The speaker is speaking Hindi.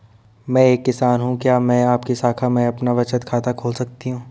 मैं एक किसान हूँ क्या मैं आपकी शाखा में अपना बचत खाता खोल सकती हूँ?